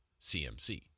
CMC